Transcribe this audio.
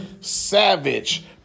Savage